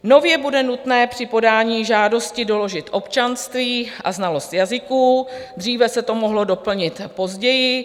Nově bude nutné při podání žádosti doložit občanství a znalost jazyků, dříve se to mohlo doplnit později.